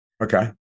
Okay